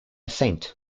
saint